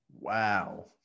Wow